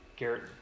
Garrett